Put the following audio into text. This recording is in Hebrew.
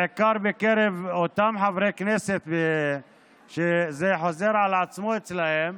בעיקר בקרב אותם חברי כנסת, זה חוזר על עצמו אצלם,